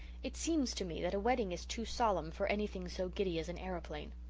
it seems to me that a wedding is too solemn for anything so giddy as an aeroplane.